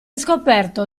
scoperto